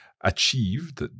achieved